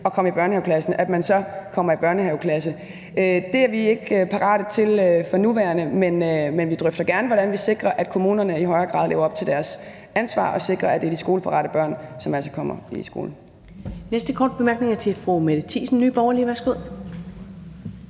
at komme i børnehaveklasse, man så kommer i børnehaveklasse, er vi ikke er parate til for nuværende. Men vi drøfter gerne, hvordan vi sikrer, at kommunerne i højere grad lever op til deres ansvar og sikrer, at det er de skoleparate børn, som altså kommer i skole. Kl. 16:16 Første næstformand (Karen Ellemann): Den næste korte bemærkning er til fru Mette Thiesen, Nye Borgerlige. Værsgo.